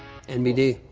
nbd.